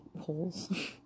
polls